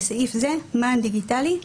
בסעיף זה, "מען דיגיטלי"